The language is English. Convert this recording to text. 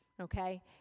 okay